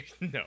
No